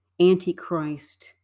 antichrist